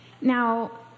Now